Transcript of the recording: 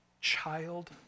child